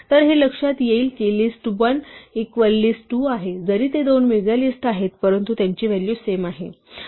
तर हे लक्षात येईल की list1 इक्वल list 2 आहे जरी ते दोन वेगळ्या लिस्ट आहेत परंतु त्यांची व्हॅल्यू सेम आहे